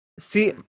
See